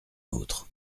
autre